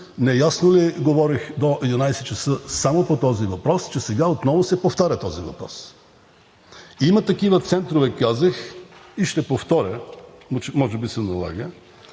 неясно ли говорих до 11,00 ч. само по този въпрос, че сега отново се повтаря? Има такива центрове, казах, и ще повторя – може би се налага,